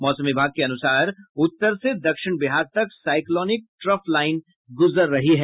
मौसम विभाग के अनुसार उत्तर से दक्षिण बिहार तक साइक्लॉनिक ट्रफ लाईन गुजर रही है